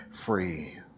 free